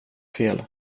fel